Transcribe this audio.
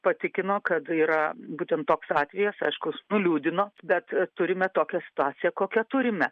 patikino kad yra būtent toks atvejis aiškus nuliūdino bet turime tokią situaciją kokią turime